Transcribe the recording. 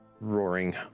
roaring